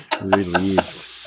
Relieved